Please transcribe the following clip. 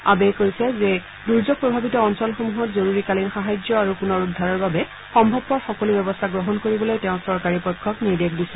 আবেই কৈছে যে দুৰ্যোগ প্ৰভাৱিত অঞ্চলসমূহত জৰুৰীকালীন সাহায্য আৰু পুনৰুদ্ধাৰৰ বাবে সম্ভৱপৰ সকলো ব্যৱস্থা গ্ৰহণ কৰিবলৈ তেওঁ চৰকাৰী পক্ষক নিৰ্দেশ দিছে